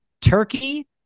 turkey